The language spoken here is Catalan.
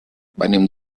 venim